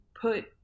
put